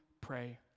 pray